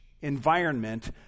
environment